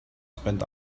spend